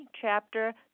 chapter